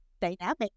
dynamic